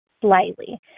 slightly